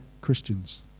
Christians